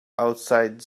outside